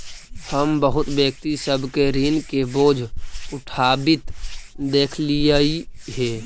हम बहुत व्यक्ति सब के ऋण के बोझ उठाबित देखलियई हे